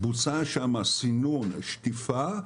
בוצע שם סינון, שטיפה.